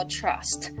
trust